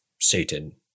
Satan